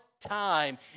time